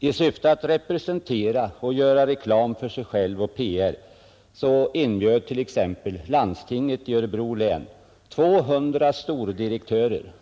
I syfte att representera och göra reklam för sig självt, att göra PR, inbjöd t.ex. landstinget i Örebro län 200 stordirektörer.